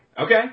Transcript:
Okay